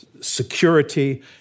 security